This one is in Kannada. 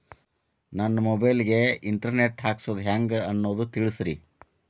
ನನ್ನ ಮೊಬೈಲ್ ಗೆ ಇಂಟರ್ ನೆಟ್ ಹಾಕ್ಸೋದು ಹೆಂಗ್ ಅನ್ನೋದು ತಿಳಸ್ರಿ